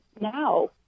now